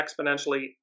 exponentially